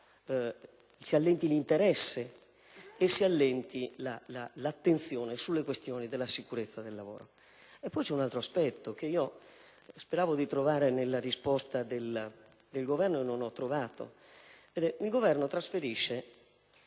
si allentino l'interesse e l'attenzione sulle questioni della sicurezza sul lavoro. C'è poi un altro aspetto che speravo di trovare nella risposta del Governo e che non ho trovato. Il Governo trasferisce